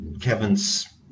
Kevin's